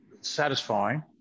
satisfying